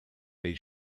they